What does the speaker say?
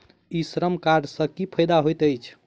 ई Shram card सँ की फायदा होइत अछि?